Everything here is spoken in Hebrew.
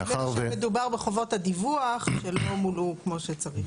בטח כשמדובר בחובות הדיווח שלא מולאו כמו שצריך.